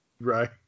Right